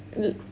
mm